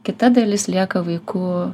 kita dalis lieka vaikų